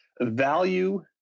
value